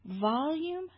volume